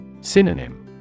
Synonym